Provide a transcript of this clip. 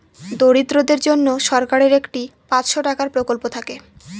দরিদ্রদের জন্য সরকারের একটি পাঁচশো টাকার প্রকল্প থাকে